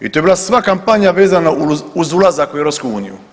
I to je bila sva kampanja vezana uz ulazak uz EU.